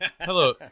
Hello